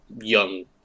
young